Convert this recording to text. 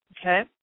Okay